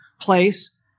place